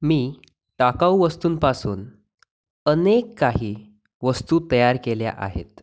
मी टाकाऊ वस्तूंपासून अनेक काही वस्तू तयार केल्या आहेत